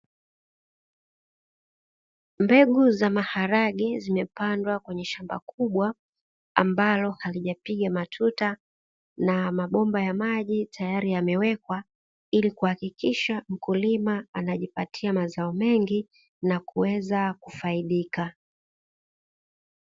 Mbegu za maharage zimepandwa kwenye shamba kubwa ambalo halijapiga matuta, na mabomba ya maji tayari yamewekwa ili kuhakikisha mkulima anajipatia mazao mengi na kuweza kufaidika.